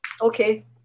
Okay